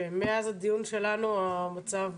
שמאז הדיון שלנו המצב